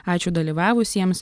ačiū dalyvavusiems